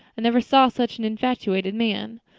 i never saw such an infatuated man.